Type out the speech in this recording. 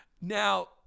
Now